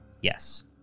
Yes